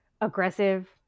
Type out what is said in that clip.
aggressive